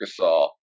Gasol